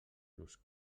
nos